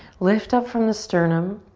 lift up from the sternum,